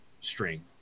string